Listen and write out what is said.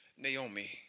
Naomi